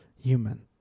Human